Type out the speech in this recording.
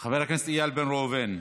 חבר הכנסת איל בן ראובן,